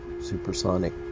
supersonic